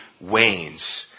wanes